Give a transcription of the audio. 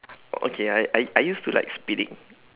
okay I I I used to like speeding